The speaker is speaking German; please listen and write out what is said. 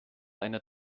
einer